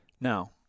Now